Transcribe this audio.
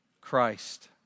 Christ